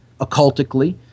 occultically